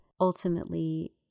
ultimately